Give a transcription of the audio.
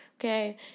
okay